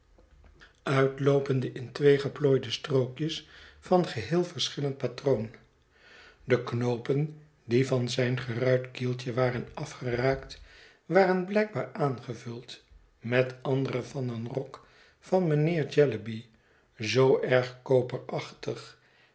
uitkopende in twee geplooide strookjes van geheel verschillend patroon de knoopen die van zijn geruit kieltje waren afgeraakt waren blijkbaar aangevuld met andere van een rok van mijnheer jellyby zoo erg